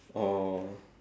oh